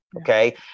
Okay